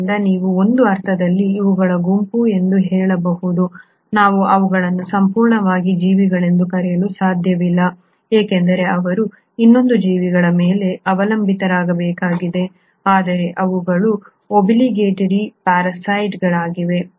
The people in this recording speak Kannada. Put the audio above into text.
ಆದ್ದರಿಂದ ನೀವು ಒಂದು ಅರ್ಥದಲ್ಲಿ ಇವುಗಳ ಗುಂಪು ಎಂದು ಹೇಳಬಹುದು ನಾವು ಅವುಗಳನ್ನು ಸಂಪೂರ್ಣವಾಗಿ ಜೀವಿಗಳೆಂದು ಕರೆಯಲು ಸಾಧ್ಯವಿಲ್ಲ ಏಕೆಂದರೆ ಅವರು ಇನ್ನೊಂದು ಜೀವಿಗಳ ಮೇಲೆ ಅವಲಂಬಿತರಾಗಬೇಕಾಗಿದೆ ಆದರೆ ಅವುಗಳು ಓಬಿಲಿಗೇಟರೀ ಪ್ಯಾರಾಸೈಟ್ಗಳಾಗಿವೆ